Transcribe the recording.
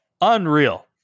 Unreal